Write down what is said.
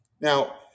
Now